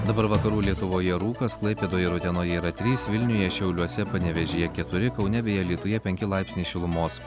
dabar vakarų lietuvoje rūkas klaipėdoje ir utenoje yra trys vilniuje šiauliuose panevėžyje keturi kaune bei alytuje penki laipsniai šilumos